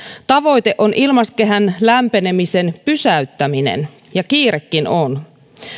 tavoite on ilmakehän lämpenemisen pysäyttäminen ja kiirekin on